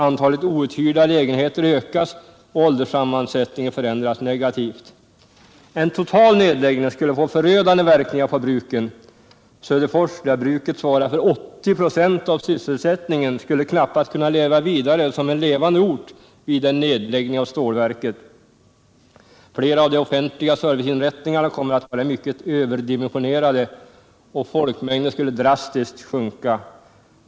Antalet outhyrda lägenheter ökar och ålderssammansättningen förändras negativt. En total nedläggning skulle få förödande verkningar på bruken. Söderfors, där bruket svarar för 80 26 av sysselsättningen, skulle knappast kunna finnas kvar som en levande ort vid en nedläggning av stålverket. Flera av de offentliga serviceinrättningarna kommer att vara mycket överdimensionerade och folkmängden skulle drastiskt sjunka.